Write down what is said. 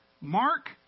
Mark